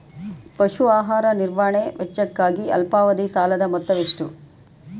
ಪಶು ಆಹಾರ ನಿರ್ವಹಣೆ ವೆಚ್ಚಕ್ಕಾಗಿ ಅಲ್ಪಾವಧಿ ಸಾಲದ ಮೊತ್ತ ಎಷ್ಟು?